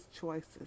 choices